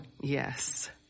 Yes